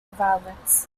violence